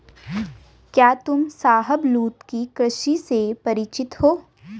क्या तुम शाहबलूत की कृषि से परिचित हो?